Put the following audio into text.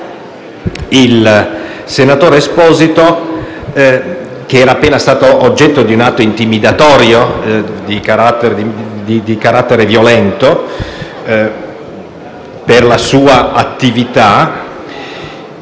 il senatore Esposito, che era appena stato oggetto di un atto intimidatorio di carattere violento per la sua attività,